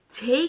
Take